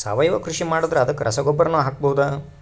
ಸಾವಯವ ಕೃಷಿ ಮಾಡದ್ರ ಅದಕ್ಕೆ ರಸಗೊಬ್ಬರನು ಹಾಕಬಹುದಾ?